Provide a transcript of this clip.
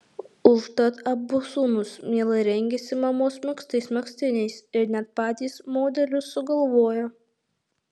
užtat abu sūnūs mielai rengiasi mamos megztais megztiniais ir net patys modelius sugalvoja